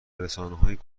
رسانههای